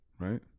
right